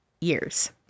years